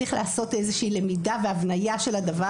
צריך לעשות איזושהי למידה והבניה של הדבר